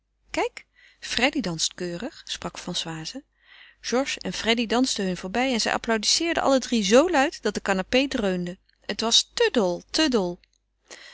kijk freddy danst keurig sprak françoise georges en freddy dansten hun voorbij en zij applaudisseerden alle drie zoo luid dat de canapé dreunde het was te dol te dol